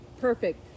perfect